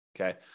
Okay